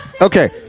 Okay